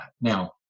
Now